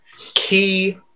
key